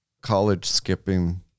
college-skipping